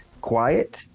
quiet